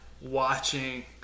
watching